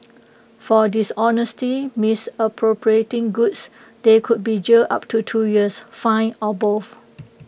for dishonestly misappropriating goods they could be jailed up to two years fined or both